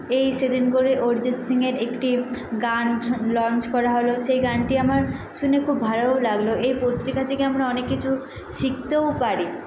এই সেদিন করে অরিজিৎ সিং এর একটি গান লঞ্চ করা হলো সেই গানটি আমার শুনে খুব ভালোও লাগলো এই পত্রিকা থেকে আমরা অনেক কিছু শিখতেও পারি